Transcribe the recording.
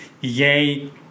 yay